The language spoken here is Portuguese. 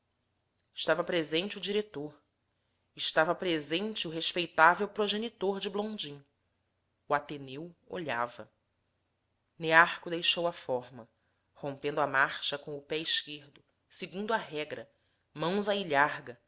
estava presente o diretor estava presente o respeitável progenitor de blondin o ateneu olhava nearco deixou a forma rompendo a marcha com o pé esquerdo a regra mãos à ilharga